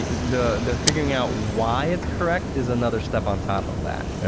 yeah the the figuring out why it's correct is another step on top of that,